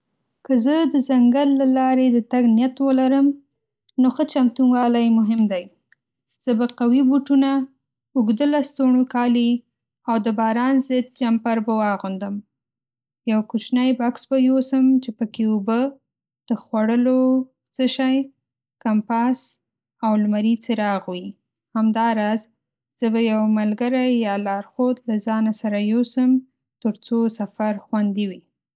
که زه د ځنګل له لارې د تګ نیت ولرم، نو ښه چمتووالی مهم دی. زه به قوي بوټونه، اوږده لستوڼو کالي، او د باران ضد جمپر به واغوندم. یو کوچنی بکس به یوسم چې پکې اوبه، د خوړلو څه شی، کمپاس، او لمري څراغ وي. همداراز، زه به یو ملګری یا لارښود له ځانه سره یوسم، ترڅو سفر خوندي وي.